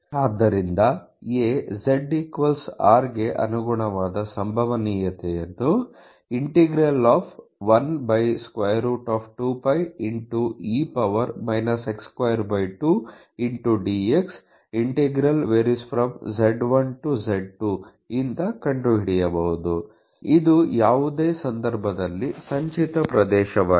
ಆದ್ದರಿಂದ a z r ಗೆ ಅನುಗುಣವಾದ ಸಂಭವನೀಯತೆಯನ್ನು z1z212πe x22dx ಎಂದು ಕಂಡುಹಿಡಿಯಬಹುದು ಇದು ಯಾವುದೇ ಸಂದರ್ಭದಲ್ಲಿ ಸಂಚಿತ ಪ್ರದೇಶವಾಗಿದೆ